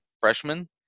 freshman